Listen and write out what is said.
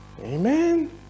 Amen